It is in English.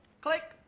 click